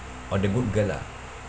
or the good girl lah